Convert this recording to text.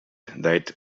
date